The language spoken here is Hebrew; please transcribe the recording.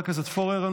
חבר הכנסת פורר,